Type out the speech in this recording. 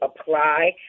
apply